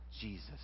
Jesus